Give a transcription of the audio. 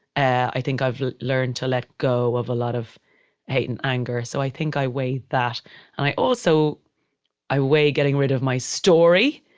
i think i've learned to let go of a lot of hate and anger. so i think i weigh that. and i also i weigh getting rid of my story,